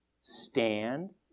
Stand